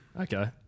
Okay